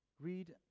Read